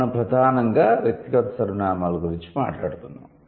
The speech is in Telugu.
మనం ప్రధానంగా వ్యక్తిగత సర్వనామాల గురించి మాట్లాడుతున్నాము